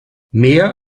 mehr